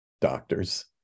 doctors